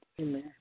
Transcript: Amen